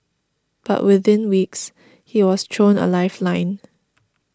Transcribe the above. but within weeks he was thrown a lifeline